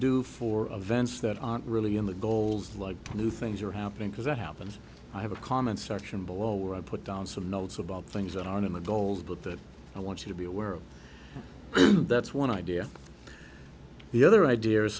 do for of events that aren't really in the goals like the new things are happening because that happens i have a comment section below where i put down some notes about things that aren't in the goals but that i want to be aware of that's one idea the other idea